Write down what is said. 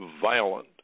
violent